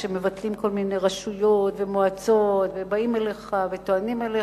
כשמבטלים כל מיני רשויות ומועצות ובאים אליך וטוענים אליך,